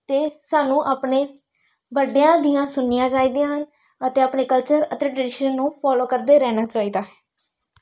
ਅਤੇ ਸਾਨੂੰ ਆਪਣੇ ਵੱਡਿਆਂ ਦੀਆਂ ਸੁਣਨੀਆਂ ਚਾਹੀਦੀਆਂ ਹਨ ਅਤੇ ਆਪਣੇ ਕਲਚਰ ਅਤੇ ਟਰੈਡੀਸ਼ਨ ਨੂੰ ਫੋਲੋ ਕਰਦੇ ਰਹਿਣਾ ਚਾਹੀਦਾ ਹੈ